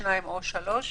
שניים או שלושה.